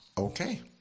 Okay